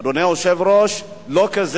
אדוני היושב-ראש, לא כך.